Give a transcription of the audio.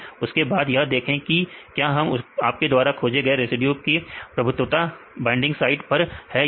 उसके बाद यह देखें कि क्या आपके द्वारा खोजे गया रिड्यूस की प्रभुता बाइंडिंग साइट पर है या नहीं